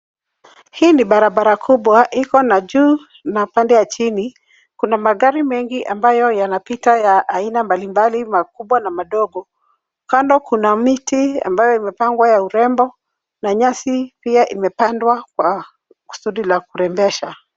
Hii ni barabara kubwa iko na juu na pande ya chini kuna magari mengi ambayo yanapita ya aina mbalimbali makubwa na madogo. Kando kuna miti ambayo imepangwa ya urembo na nyasi pia imepandwa kwa kusudi la kurembesha.